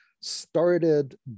started